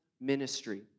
ministry